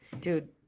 Dude